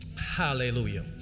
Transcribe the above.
Hallelujah